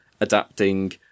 adapting